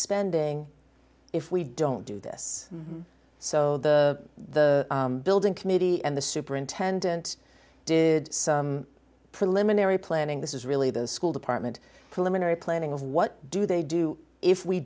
spending if we don't do this so the the building committee and the superintendent did some preliminary planning this is really the school department preliminary planning of what do they do if we